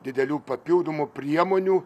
didelių papildomų priemonių